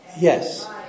Yes